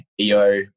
EO